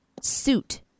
suit